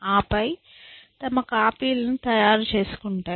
ఆపై తమ కాపీలు తయారు చేసుకుంటాయి